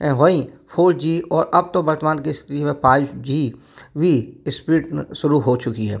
वहीं four G और अब तो वर्तमान कि स्थिति में पाइव जी भी स्पीड शुरू हो चुकी है